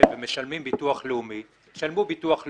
ומשלמים ביטוח לאומי "תשלמו ביטוח לאומי,